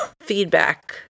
feedback